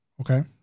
Okay